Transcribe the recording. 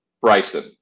Bryson